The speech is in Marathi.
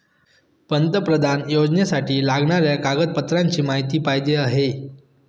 पंतप्रधान योजनेसाठी लागणाऱ्या कागदपत्रांची माहिती पाहिजे आहे